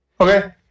Okay